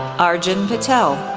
arjun patel,